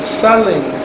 selling